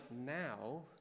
now